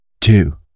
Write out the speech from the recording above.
Two